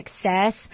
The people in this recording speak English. success